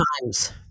times